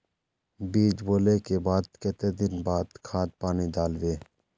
बीज बोले के बाद केते दिन बाद खाद पानी दाल वे?